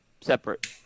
Separate